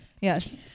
yes